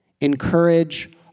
encourage